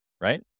right